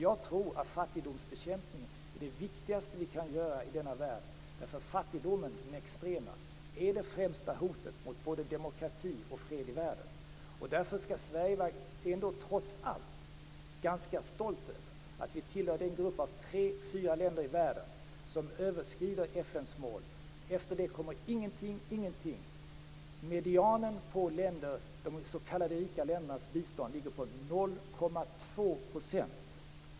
Jag tror att det viktigaste vi kan göra i denna värld är att bekämpa fattigdomen, därför att den extrema fattigdomen är det främsta hotet mot både demokrati och fred i världen. Därför skall Sverige, trots allt, vara ganska stolt över att man tillhör den grupp av tre fyra länder i världen som överskrider FN:s mål. Efter dessa länder kommer ingenting, och ingenting. Medianen när det gäller de s.k. rika ländernas bistånd ligger på 0,2 %.